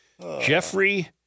Jeffrey